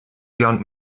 beyond